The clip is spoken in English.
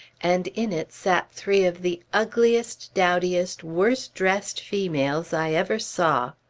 and in it sat three of the ugliest, dowdiest, worst dressed females i ever saw.